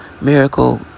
Miracle